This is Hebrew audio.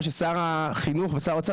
או ששר החינוך ושר האוצר,